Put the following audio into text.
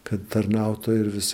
kad tarnautojai ir visi